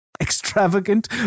extravagant